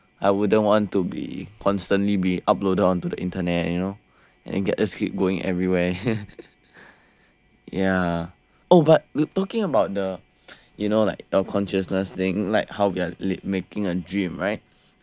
I wouldn't want to be constantly be reuploaded onto the internet you know and get us keep going everywhere ya oh but talking about the you know like the consciousness thing like how we are making a dream right